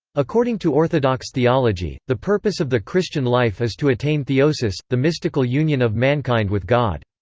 according to orthodox theology, the purpose of the christian life is to attain theosis, the mystical union of mankind with god.